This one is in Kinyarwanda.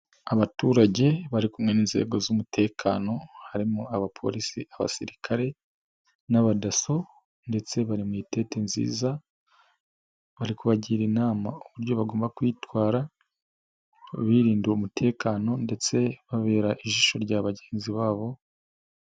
Abaturage bari kumwe n'inzego z'umutekano harimo abapolisi abasirikare n'abadaso, ndetse bari mu itente nziza bari kubagira inama uburyo bagomba kwitwara birindira umutekano, ndetse babera ijisho rya bagenzi ba bo.